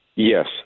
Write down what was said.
Yes